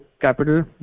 capital